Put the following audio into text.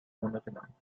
monatelang